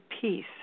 peace